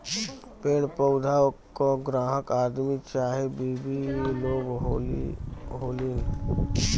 पेड़ पउधा क ग्राहक आदमी चाहे बिवी लोग होलीन